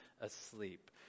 asleep